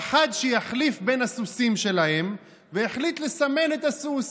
פחד שיחליף בין הסוסים שלהם והחליט לסמן את הסוס,